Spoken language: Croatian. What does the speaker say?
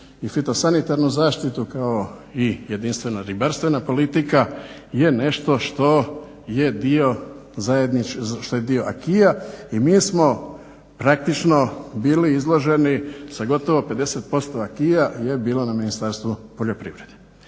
fitosanitarnu zaštitu kao i jedinstvena ribarstvena politika je nešto što je dio acquisa i mi smo praktično bili izloženi sa gotovo 50% acquisa je bilo na Ministarstvu poljoprivrede.